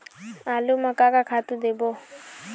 आलू म का का खातू देबो?